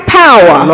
power